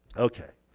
okay.